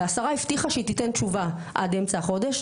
והשרה הבטיחה שהיא תיתן תשובה עד אמצע החודש,